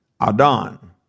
Adon